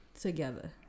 together